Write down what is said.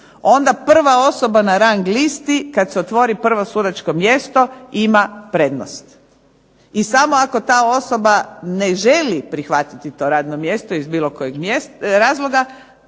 onda prva osoba na rang listi kad se otvori prvo sudačko mjesto ima prednost. I samo ako ta osoba ne želi prihvatiti to radno mjesto iz bilo kojeg razloga